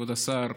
כבוד השר,